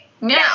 now